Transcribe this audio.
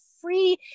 free